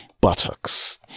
buttocks